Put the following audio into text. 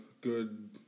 good